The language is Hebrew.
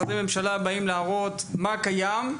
משרדי ממשלה באים להראות מה קיים.